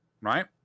right